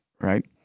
right